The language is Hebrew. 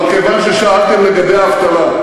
אבל כיוון ששאלתם לגבי האבטלה,